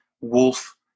wolf